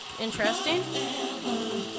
Interesting